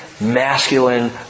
masculine